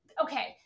okay